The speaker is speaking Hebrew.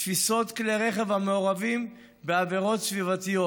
תפיסות כלי רכב המעורבים בעבירות סביבתיות.